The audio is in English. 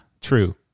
true